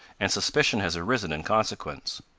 and suspicion has arisen in consequence.